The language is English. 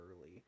early